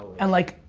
and like,